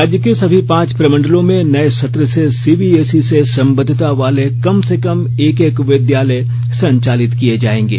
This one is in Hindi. राज्य के सभी पांच प्रमंडलों में नए सत्र से सीबीएसएई से संबंद्वता वाले कम से कम एक एक विद्यालय संचालित किए जाएंगे